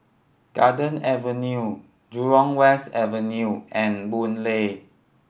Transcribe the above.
Garden Avenue Jurong West Avenue and Boon Lay